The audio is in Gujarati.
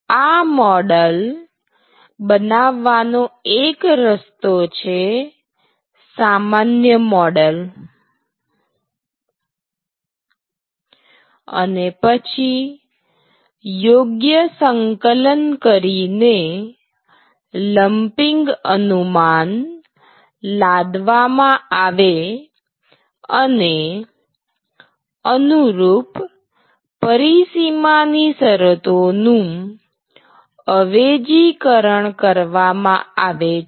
આ મૉડલ બનાવવાનો એક રસ્તો છે સામાન્ય મૉડલ અને પછી યોગ્ય સંકલન કરીને લંપિંગ અનુમાન લાદવામાં આવે અને અનુરૂપ પરિસીમા ની શરતોનું અવેજીકરણ કરવામાં આવે છે